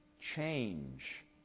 change